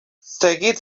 seguid